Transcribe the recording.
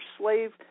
slave